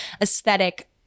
aesthetic